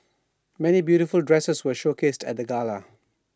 many beautiful dresses were showcased at the gala